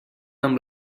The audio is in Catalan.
amb